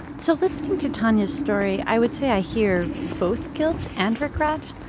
so listening to tonia's story, i would say i hear both guilt and regret.